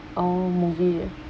oh movie ah